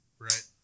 Right